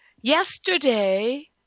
Yesterday